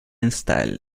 installent